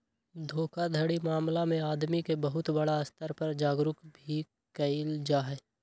धोखाधड़ी मामला में आदमी के बहुत बड़ा स्तर पर जागरूक भी कइल जाहई